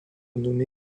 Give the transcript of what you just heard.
nommé